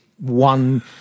one